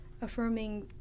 affirming